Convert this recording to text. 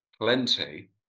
plenty